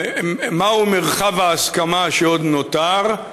מהו מרחב ההסכמה שעוד נותר,